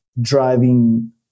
driving